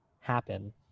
happen